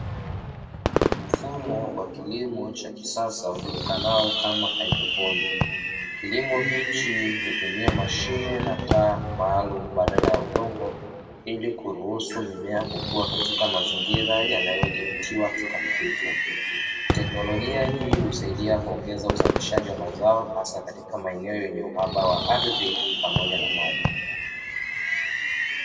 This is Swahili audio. Mfumo wa kilimo cha kisasa ujulikanao kama haidroponi. Kilimo hiki hutumia mashine na taa maalumu badala ya udongo ili kuruhusu mimea kukua katika mazingira yanayodhibitiwa kikamilifu. Teknolojia hii husaidia kuongeza uzalishaji wa mazao hasa katika maeneo yenye uhaba wa ardhi pamoja na maji.